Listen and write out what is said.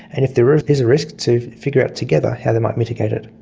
and if there ah is a risk, to figure out together how they might mitigate it.